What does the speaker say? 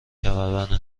کمربند